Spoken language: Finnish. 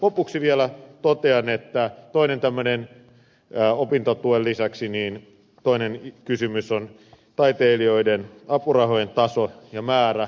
lopuksi vielä totean että opintotuen lisäksi toinen kysymys on taiteilijoiden apurahojen taso ja määrä